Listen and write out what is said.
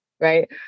right